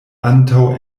antaŭ